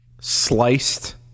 Sliced